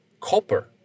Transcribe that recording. copper